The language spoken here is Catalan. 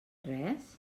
res